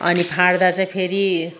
अनि फाड्दा चाहिँ फेरि